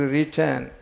return